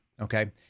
okay